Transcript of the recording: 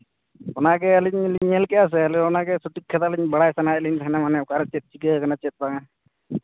ᱚᱱᱟᱜᱮ ᱟᱹᱞᱤᱧ ᱦᱚᱸᱞᱤᱧ ᱧᱮᱞ ᱠᱮᱜᱼᱟ ᱥᱮ ᱚᱱᱟᱜᱮ ᱥᱚᱴᱷᱤᱠ ᱠᱟᱛᱷᱟᱞᱤᱧ ᱵᱟᱲᱟᱭ ᱥᱟᱱᱟᱭᱮᱫ ᱞᱤᱧ ᱛᱟᱦᱮᱱᱟ ᱢᱟᱱᱮ ᱚᱠᱟᱨᱮ ᱪᱮᱫ ᱪᱤᱠᱟᱹ ᱟᱠᱟᱱᱟ ᱪᱮᱫ ᱵᱟᱝ